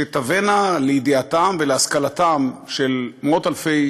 שתבאנה לידיעתם ולהשכלתם של מאות-אלפי